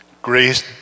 Grace